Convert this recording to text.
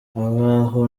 baho